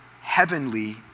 heavenly